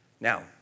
Now